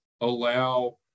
allow